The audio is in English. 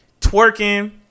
twerking